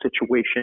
situation